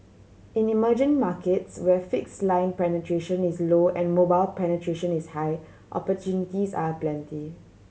in emerging markets where fix line penetration is low and mobile penetration is high opportunities are aplenty